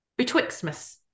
Betwixtmas